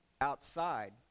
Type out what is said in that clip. outside